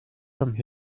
kommt